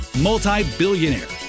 multi-billionaires